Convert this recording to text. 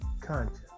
Conscious